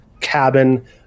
cabin